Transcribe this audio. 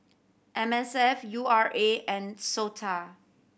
M S F U R A and SOTA